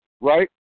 right